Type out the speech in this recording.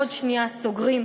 עוד שנייה סוגרים,